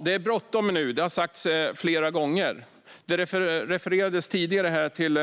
Det är bråttom nu. Det har sagts flera gånger. Det refererades här tidigare till